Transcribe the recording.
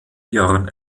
jörn